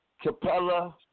Capella